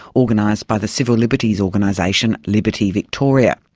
organised by the civil liberties organisation liberty victoria.